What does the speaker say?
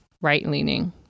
right-leaning